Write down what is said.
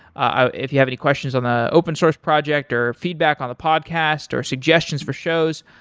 ah if you have any questions on the open source project or feedback on the podcast or suggestions for shows,